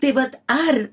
tai vat ar